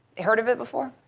heard of it before?